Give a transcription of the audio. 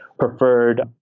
preferred